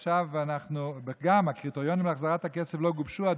גם הקריטריונים להחזרת הכסף עדיין לא גובשו,